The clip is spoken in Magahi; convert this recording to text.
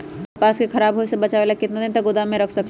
हम कपास के खराब होए से बचाबे ला कितना दिन तक गोदाम में रख सकली ह?